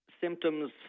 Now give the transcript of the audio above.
symptoms